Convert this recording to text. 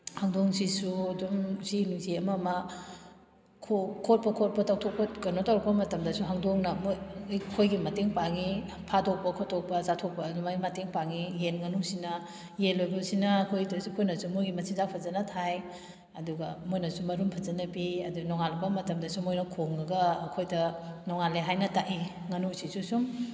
ꯍꯧꯗꯣꯡꯁꯤꯁꯨ ꯑꯗꯨꯝ ꯎꯆꯤ ꯅꯨꯡꯆꯤ ꯑꯃ ꯑꯃ ꯈꯣꯠꯄ ꯈꯣꯠꯄ ꯇꯧꯊꯣꯛꯄ ꯀꯩꯅꯣ ꯇꯧꯔꯛꯄ ꯃꯇꯝꯗꯁꯨ ꯍꯧꯗꯣꯡꯅ ꯑꯩꯈꯣꯏꯒꯤ ꯃꯇꯦꯡ ꯄꯥꯡꯏ ꯐꯗꯣꯛꯄ ꯈꯣꯠꯇꯣꯛꯄ ꯆꯥꯊꯣꯛꯄ ꯑꯗꯨꯃꯥꯏꯅ ꯃꯇꯦꯡ ꯄꯥꯡꯏ ꯌꯦꯟ ꯉꯥꯅꯨꯁꯤꯅ ꯌꯦꯟ ꯂꯣꯏꯕꯁꯤꯅ ꯑꯩꯈꯣꯏꯗꯁꯨ ꯑꯩꯈꯣꯏꯅꯁꯨ ꯃꯣꯏꯒꯤ ꯃꯆꯤꯟꯖꯥꯛ ꯐꯖꯟꯅ ꯊꯥꯏ ꯑꯗꯨꯒ ꯃꯣꯏꯅꯁꯨ ꯃꯔꯨꯝ ꯐꯖꯟꯅ ꯄꯤ ꯑꯗꯨ ꯅꯣꯡꯉꯥꯜꯂꯛꯄ ꯃꯇꯝꯗꯁꯨ ꯃꯣꯏꯅ ꯈꯣꯡꯉꯒ ꯑꯩꯈꯣꯏꯗ ꯅꯣꯡꯉꯥꯜꯂꯦ ꯍꯥꯏꯅ ꯇꯥꯛꯏ ꯉꯥꯅꯨꯁꯤꯁꯨ ꯁꯨꯝ